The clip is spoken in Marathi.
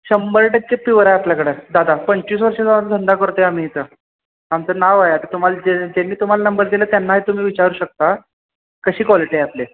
शंभर टक्के प्युअर आहे आपल्याकडं दादा पंचवीस वर्ष झाले धंदा करतो आहे आम्ही इथं आमचं नाव आहे आता तुम्हाला जे ज्यांनी तुम्हाला नंबर दिलं त्यांनाही तुम्ही विचारू शकता कशी क्वालिटी आहे आपली